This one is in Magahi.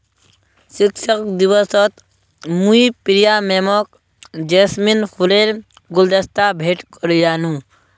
शिक्षक दिवसत मुई प्रिया मैमक जैस्मिन फूलेर गुलदस्ता भेंट करयानू